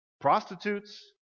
prostitutes